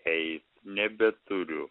eit nebeturiu